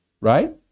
right